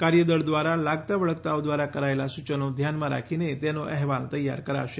કાર્યદળ દ્વારા લાગતા વળગતાઓ દ્વારા કરાયેલા સૂચનો ધ્યાનમાં રાખીને તેનો અહેવાલ તૈયાર કરશે